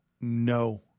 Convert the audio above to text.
no